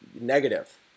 negative